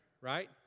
right